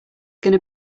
gonna